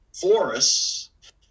forests